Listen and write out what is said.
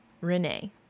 Renee